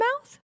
mouth